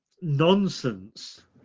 nonsense